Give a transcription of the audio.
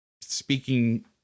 speaking